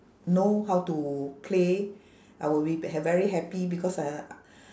know how to play I will be ve~ very happy because uh